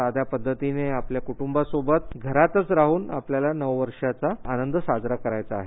साध्या पद्धतीने आपल्या कुटुंबासोबत घरातच राहून आपल्याला आनंद साजरा करायचा आहे